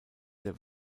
der